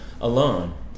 alone